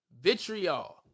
vitriol